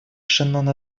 шеннона